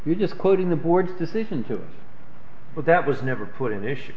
we're just quoting the board's decision to but that was never put in issue